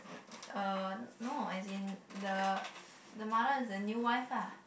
uh no as in the the mother is the new wife ah